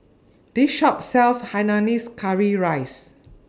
This Shop sells Hainanese Curry Rice